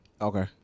Okay